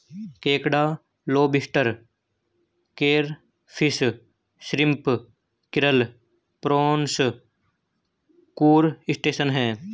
केकड़ा lobster crayfish shrimp krill prawns crustacean है